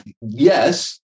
yes